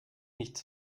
nichts